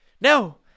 No